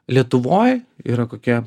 lietuvoj yra kokie